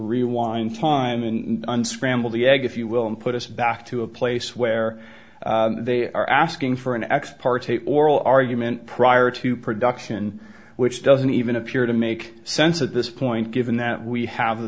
rewind time and unscramble the egg if you will and put us back to a place where they are asking for an ex parte oral argument prior to production which doesn't even appear to make sense at this point given that we have the